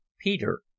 Peter